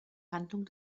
handlung